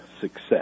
success